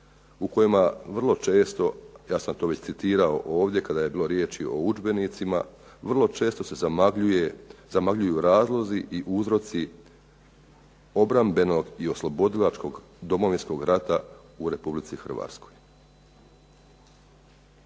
u kojima vrlo često ja sam to već citirao ovdje kada je bilo riječi o udžbenicima vrlo često se zamagljuju razlozi i uzroci obrambenog i oslobodilačkog Domovinskog rata u Republici Hrvatskoj.